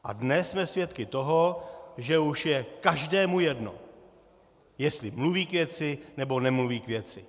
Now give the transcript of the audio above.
A dnes jsme svědky toho, že už je každému jedno, jestli mluví k věci, nebo nemluví k věci.